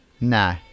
No